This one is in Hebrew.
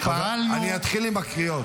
אני אתחיל עם הקריאות.